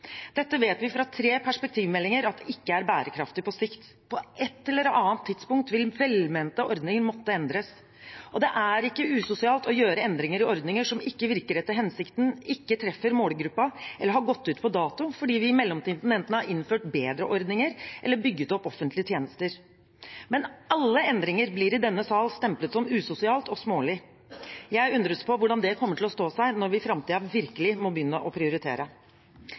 Dette vet vi fra tre perspektivmeldinger at ikke er bærekraftig på sikt. På et eller annet tidspunkt vil velmente ordninger måtte endres. Det er ikke usosialt å gjøre endringer i ordninger som ikke virker etter hensikten, ikke treffer målgruppen eller har gått ut på dato fordi vi i mellomtiden enten har innført bedre ordninger eller bygget opp offentlige tjenester. Men alle endringer blir i denne sal stemplet som usosiale og smålige. Jeg undres på hvordan det kommer til å stå seg når vi i framtiden virkelig må begynne å prioritere.